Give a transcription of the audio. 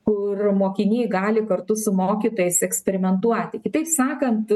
kur mokiniai gali kartu su mokytojais eksperimentuoti kitaip sakant